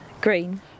green